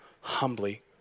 humbly